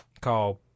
called